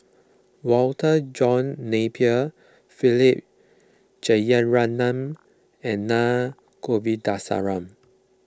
Walter John Napier Philip Jeyaretnam and Naa Govindasamy